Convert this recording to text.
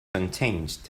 unchanged